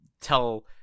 tell